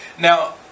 Now